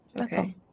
okay